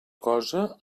cosa